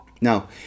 Now